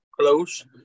Close